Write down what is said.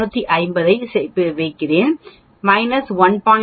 7 250 ஐ வைப்பேன் 1